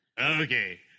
Okay